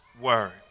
word